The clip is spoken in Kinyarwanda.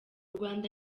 rwanda